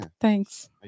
thanks